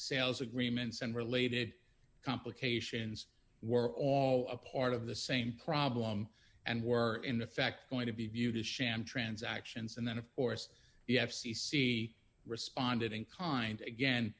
sales agreements and related complications were all a part of the same problem and were in effect going to be viewed as sham transactions and then of course the f c c responded in kind again